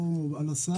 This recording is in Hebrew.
לא על הסף,